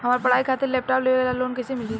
हमार पढ़ाई खातिर लैपटाप लेवे ला लोन कैसे मिली?